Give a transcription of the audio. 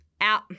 Out